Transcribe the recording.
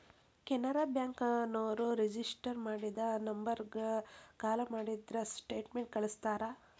Canara bank ನೋರು register ಮಾಡಿದ ನಂಬರ್ಗ ಕಾಲ ಮಾಡಿದ್ರ ಸ್ಟೇಟ್ಮೆಂಟ್ ಕಳ್ಸ್ತಾರ